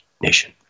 nation